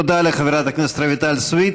תודה לחברת הכנסת רויטל סויד.